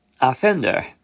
Offender